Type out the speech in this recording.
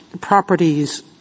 properties